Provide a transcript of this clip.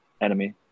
enemy